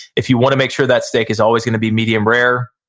if you wanna make sure that steak is always gonna be medium rare,